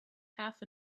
half